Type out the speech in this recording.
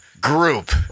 group